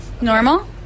normal